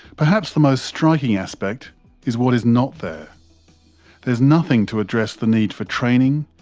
perhaps the most striking aspect is what is not there. there is nothing to address the need for training,